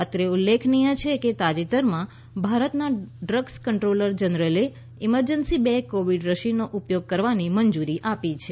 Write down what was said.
અત્રે ઉલ્લેખનિય છે કે તાજેતરમાં ભારતના ડ્રગ્સ કંટ્રોલર જનરલે ઈમરજન્સી બે કોવિડ રસીનો ઉપયોગ કરવાની મંજૂરી આપી છે